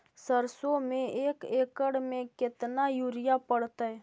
सरसों में एक एकड़ मे केतना युरिया पड़तै?